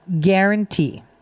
guarantee